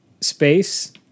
space